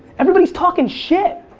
everybody's talkin' shit.